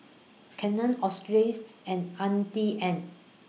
Canon Australis and Auntie Anne's